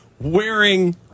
wearing